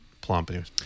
plump